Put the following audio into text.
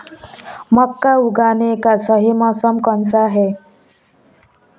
मक्का उगाने का सही मौसम कौनसा है?